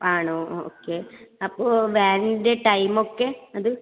ആണോ ഓക്കേ അപ്പോൾ വാനിൻ്റെ ടൈം ഒക്കെ അത്